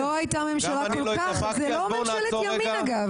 אגב, זאת לא ממשלתי ימין.